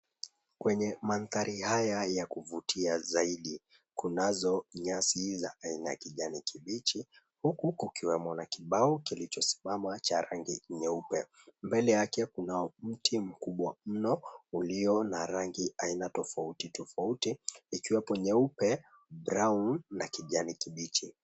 Kwenye mandhari haya ya kuvutia zaidi kunazo nyasi za aina ya kijani kibichi, huku kukiwemo na kibao kilichosimama cha rangi nyeupe. Mbele yake kunao mti mkubwa mno ulio na rangi aina tofauti tofauti ikiwepo nyeupe, brown na kijani kibichi.